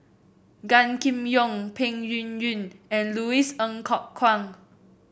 Gan Kim Yong Peng Yuyun and Louis Ng Kok Kwang